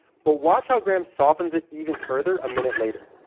but watch how graham softens it even further a minute later.